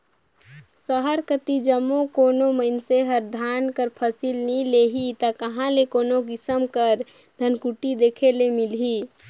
सहर कती जब कोनो मइनसे हर धान कर फसिल नी लेही ता कहां ले कोनो किसिम कर धनकुट्टी देखे ले मिलही